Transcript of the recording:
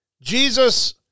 Jesus